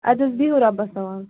اَدٕ حظ بیٚہو رۄبس حَوالہٕ